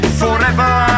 forever